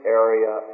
area